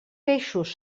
peixos